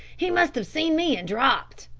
he must have seen me and dropped.